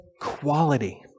quality